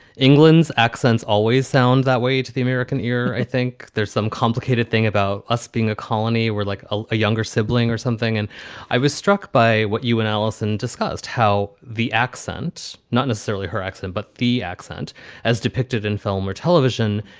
england's accents always sound that way to the american ear. i think there's some complicated thing about us being a colony. we're like a younger sibling or something. and i was struck by what you and alison discussed, how the accents, not necessarily her accent, but the accent as depicted in film or television,